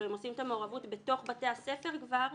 הם עושים את המעורבות בתוך בתי הספר כבר,